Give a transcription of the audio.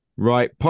Right